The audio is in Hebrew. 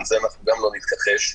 אני לא מתכחש לזה,